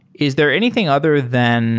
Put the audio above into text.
is there anything other than